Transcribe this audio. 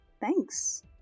Thanks